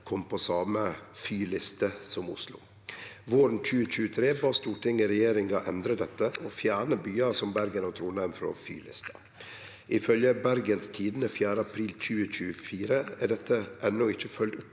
kom på same «fyliste» som Oslo. Våren 2023 bad Stortinget regjeringa endre dette og fjerne byar som Bergen og Trondheim frå «fy-lista». Ifølgje Bergens Tidende 4. april 2024 er dette enno ikkje følgt opp